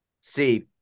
See